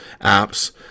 apps